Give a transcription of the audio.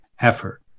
effort